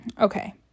okay